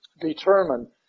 determine